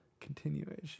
Continuation